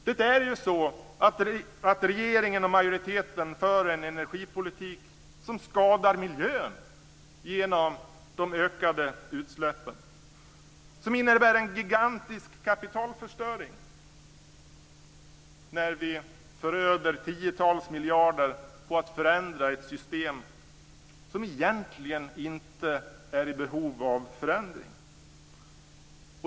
Det är ju så att regeringen och majoriteten för en energipolitik som skadar miljön genom de ökade utsläppen och som innebär en gigantisk kapitalförstöring när vi föröder tiotals miljarder på att förändra ett system som egentligen inte är i behov av förändring.